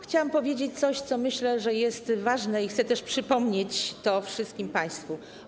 Chciałam powiedzieć coś, co myślę, że jest ważne, i chcę to przypomnieć wszystkim państwu.